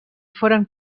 foren